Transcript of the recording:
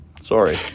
sorry